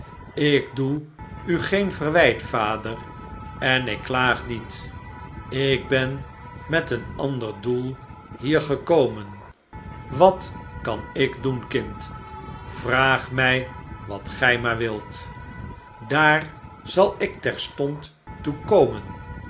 ik doe u geen verwijt vader en ik klaag niet ik ben met een ander doel hiergekomen wat kan ik doen kind vraag mij wat gij maar wilt daar zal ik terstond